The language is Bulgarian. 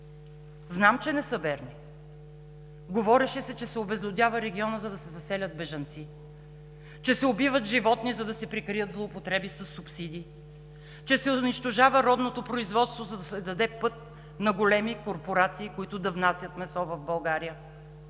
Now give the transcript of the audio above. Знам, че не са верни. Говореше се, че се обезлюдява регионът, за да се заселят бежанци; че се убиват животни, за да се прикрият злоупотреби със субсидии; че се унищожава родното производство, за да се даде път на големи корпорации, които да внасят месо в България.